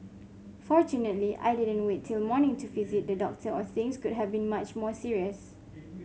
fortunately I didn't wait till morning to visit the doctor or things could have been much more serious